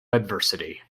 adversity